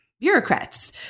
bureaucrats